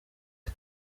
bwe